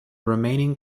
remaining